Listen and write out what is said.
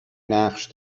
نقش